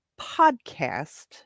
podcast